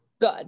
good